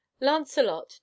Lancelot